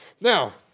Now